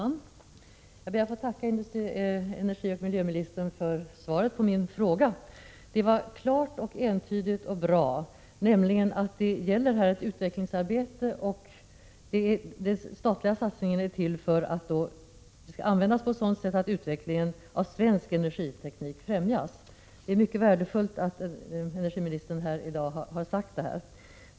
Herr talman! Jag ber att få tacka miljöoch energiministern för svaret på min fråga. Det var klart, entydigt och bra. Det pågår alltså ett utvecklingsarbete. De statliga satsningarna skall användas på ett sådant sätt att utveckling av svensk energiteknik främjas. Det är värdefullt att energiministern här i dag sagt detta.